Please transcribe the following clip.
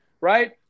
right